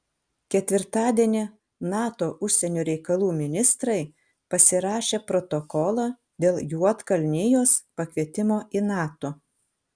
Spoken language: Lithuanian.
ketvirtadienį nato užsienio reikalų ministrai pasirašė protokolą dėl juodkalnijos pakvietimo į nato